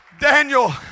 Daniel